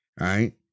Right